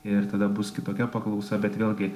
ir tada bus kitokia paklausa bet vėlgi